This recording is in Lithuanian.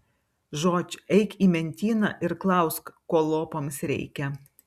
žodž eik į mentyną ir klausk ko lopams reikia